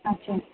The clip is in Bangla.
আচ্ছা